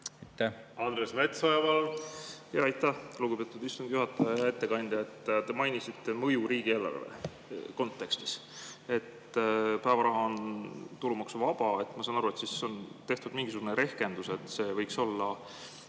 Andres Metsoja, palun! Aitäh, lugupeetud istungi juhataja! Hea ettekandja! Te mainisite mõju riigieelarve kontekstis, et päevaraha on tulumaksuvaba. Ma saan aru, et on tehtud mingisugune rehkendus, et see võiks olla